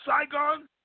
Saigon